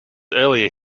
earlier